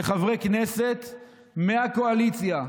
לחברי כנסת מהקואליציה,